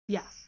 Yes